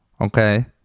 okay